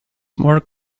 more